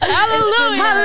Hallelujah